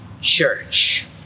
church